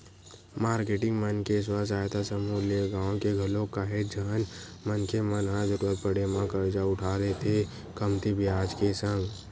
marketing मन के स्व सहायता समूह ले गाँव के घलोक काहेच झन मनखे मन ह जरुरत पड़े म करजा उठा लेथे कमती बियाज के संग